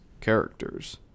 characters